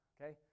Okay